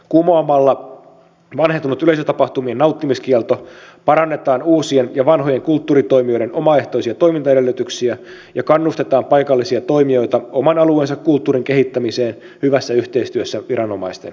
kumoamalla vanhentunut yleisötapahtumien nauttimiskielto parannetaan uusien ja vanhojen kulttuuritoimijoiden omaehtoisia toimintaedellytyksiä ja kannustetaan paikallisia toimijoita oman alueensa kulttuurin kehittämiseen hyvässä yhteistyössä viranomaisten kanssa